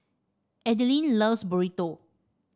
Adilene loves Burrito